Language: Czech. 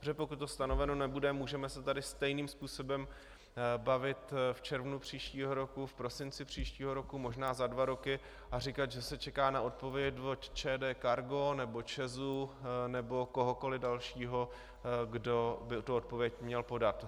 Protože pokud to stanoveno nebude, můžeme se tady stejným způsobem bavit v červnu příštího roku, v prosinci příštího roku, možná za dva roky a říkat, že se čeká na odpověď od ČD Cargo nebo ČEZ nebo kohokoliv dalšího, kdo by tuto odpověď měl podat.